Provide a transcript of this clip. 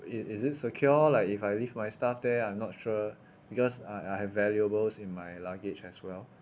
is is it secured like if I leave my stuff there I'm not sure because uh I have valuables in my luggage as well